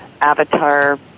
avatar